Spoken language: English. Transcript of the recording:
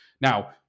Now